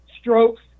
strokes